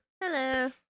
hello